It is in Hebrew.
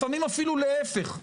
לפעמים אפילו להיפך.